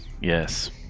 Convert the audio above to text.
Yes